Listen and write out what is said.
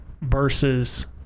versus